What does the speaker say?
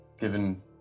given